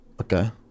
Okay